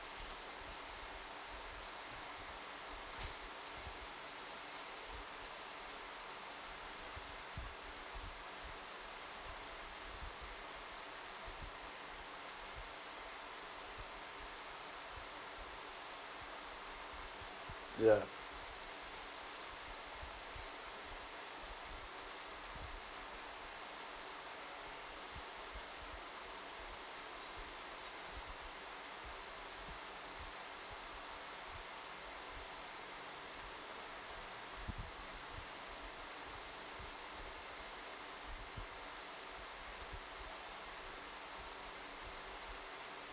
yeah